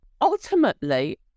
ultimately